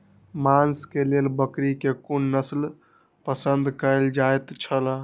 मांस के लेल बकरी के कुन नस्ल पसंद कायल जायत छला?